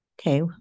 Okay